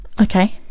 okay